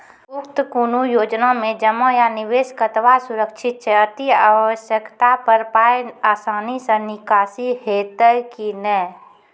उक्त कुनू योजना मे जमा या निवेश कतवा सुरक्षित छै? अति आवश्यकता पर पाय आसानी सॅ निकासी हेतै की नै?